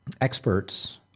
experts